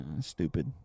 Stupid